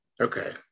Okay